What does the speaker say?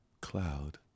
cloud